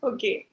Okay